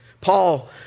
Paul